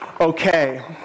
okay